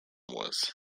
was